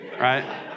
right